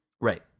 Right